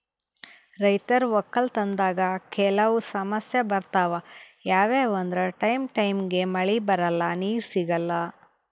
ರೈತರ್ ವಕ್ಕಲತನ್ದಾಗ್ ಕೆಲವ್ ಸಮಸ್ಯ ಬರ್ತವ್ ಯಾವ್ಯಾವ್ ಅಂದ್ರ ಟೈಮ್ ಟೈಮಿಗ್ ಮಳಿ ಬರಲ್ಲಾ ನೀರ್ ಸಿಗಲ್ಲಾ